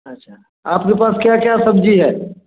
अच्छा आपके पास क्या क्या सब्ज़ी है